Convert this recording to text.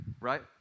right